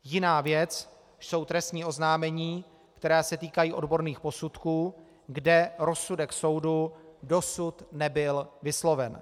Jiná věc jsou trestní oznámení, která se týkají odborných posudků, kde rozsudek soudu dosud nebyl vysloven.